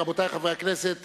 רבותי חברי הכנסת,